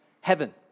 heaven